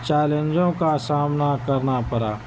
چیلنجوں کا سامنا کرنا پرا